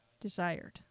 desired